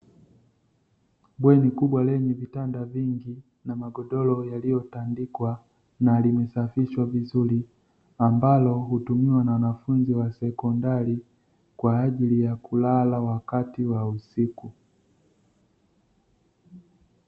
Bweni kubwa lenye vitanda vingi, na magodoro yaliyotandikwa na limesafishwa vizuri, ambalo hutumiwa na wanafunzi wa sekondari, kwa ajili ya kulala wakati wa usiku.